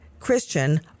Christian